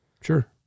Sure